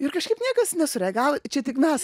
ir kažkaip niekas nesureagavo čia tik mes